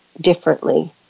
differently